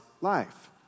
life